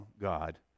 God